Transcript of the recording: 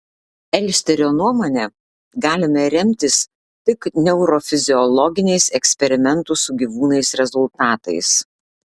elsterio nuomone galime remtis tik neurofiziologiniais eksperimentų su gyvūnais rezultatais